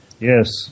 Yes